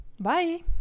Bye